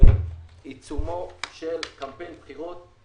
בעיצומו של קמפיין בחירות.